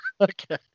Okay